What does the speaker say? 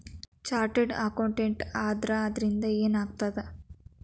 Chartered accountant ಆದ್ರ ಅದರಿಂದಾ ಏನ್ ಆಗ್ತದ?